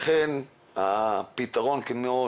לכן הפתרון הוא,